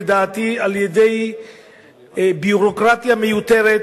לדעתי על-ידי ביורוקרטיה מיותרת